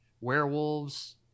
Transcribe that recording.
werewolves